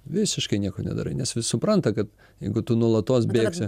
visiškai nieko nedarai nes vis supranta kad jeigu tu nuolatos bėgsi